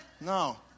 no